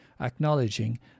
acknowledging